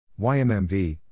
YMMV